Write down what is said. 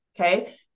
Okay